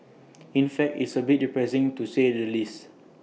in fact it's A bit depressing to say the least